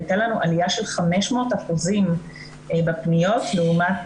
הייתה לנו עלייה 500% בפניות לעומת